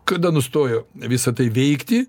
kada nustojo visa tai veikti